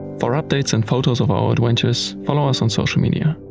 for updates and photos of our adventures follow us on social media.